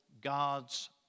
God's